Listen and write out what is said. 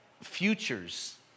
futures